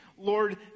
Lord